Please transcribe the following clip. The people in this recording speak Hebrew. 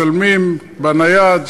מצלמים בנייד,